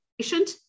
patient